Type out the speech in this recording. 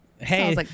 Hey